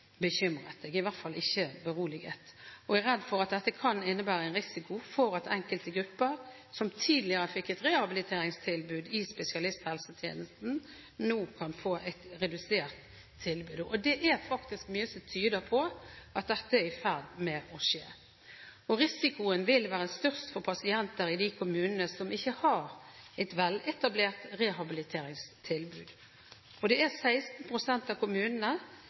i hvert fall ikke beroliget. Jeg er redd for at dette kan innebære en risiko for at enkelte grupper som tidligere fikk et rehabiliteringstilbud i spesialisthelsetjenesten, nå kan få et redusert tilbud. Det er mye som tyder på at dette er i ferd med å skje. Risikoen vil være størst for pasienter i de kommunene som ikke har et veletablert rehabiliteringstilbud. Det er 16 pst. av kommunene